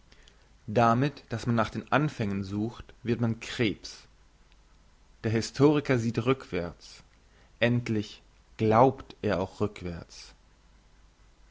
damit dass man nach den anfängen sucht wird man krebs der historiker sieht rückwärts endlich glaubt er auch rückwärts